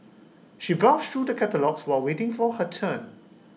she browsed through the catalogues while waiting for her turn